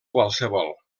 qualsevol